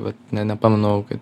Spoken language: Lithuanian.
vat ne nepamenu kai